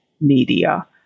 media